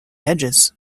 edges